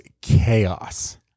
chaos